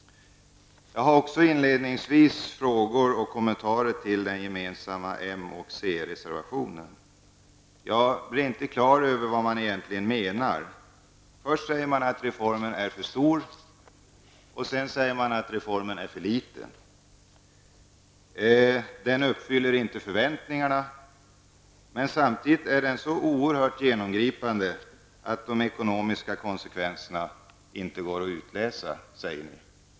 Jag har också inledningsvis frågor och kommentarer när det gäller den gemensamma moch c-reservationen. Jag blir inte klar över vad man egentligen menar. Först säger man att reformen är för stor, och sedan säger man att reformen är för liten. Den uppfyller inte förväntningarna. Men samtidigt är den så oerhört genomgripande att de ekonomiska konsekvenserna inte går att utläsa -- säger ni.